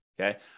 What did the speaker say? Okay